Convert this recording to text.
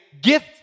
gift